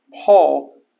Paul